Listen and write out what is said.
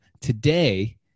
Today